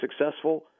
successful